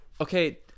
okay